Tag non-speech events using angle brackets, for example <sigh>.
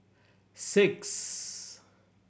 six <noise>